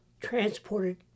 transported